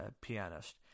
pianist